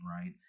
right